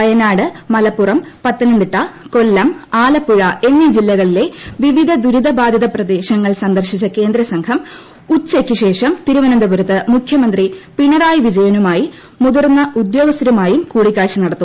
വയനാട് മലപ്പുറം പത്തനംതിട്ട ് കൊല്ലം ആലപ്പുഴ എന്നീ ജില്ലകളിലെ വിവിധ ദുരിതബാധിത പ്രദേശങ്ങൾ ് സന്ദർശിച്ച തിരുവനന്തപുരത്ത് മുഖ്യമന്ത്രി പിണറായി വിജയനുമായും മുതിർന്ന ഉദ്യോഗസ്ഥരുമായും കൂടിക്കാഴ്ച നടത്തി